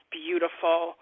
beautiful